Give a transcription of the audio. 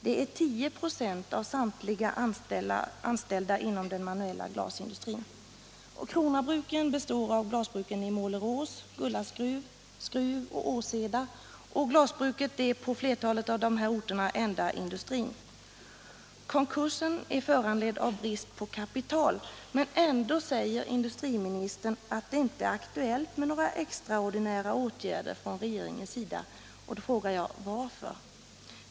Detta är 10 96 av samtliga anställda inom den manuella glasindustrin. Krona-Bruken består av glasbruken i Målerås, Gullaskruv, Skruv och Åseda, och glasbruket är på flertalet av dessa orter den enda industrin. Konkursen är föranledd av brist på kapital, men ändå säger industriministern att det inte är aktuellt med några extraordinära åtgärder från regeringens sida. Då frågar jag: Varför?